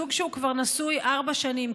זוג שהוא כבר נשוי ארבע שנים,